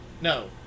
No